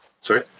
Sorry